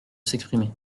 s’exprimer